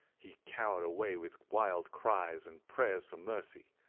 he cowered away with wild cries and prayers for mercy,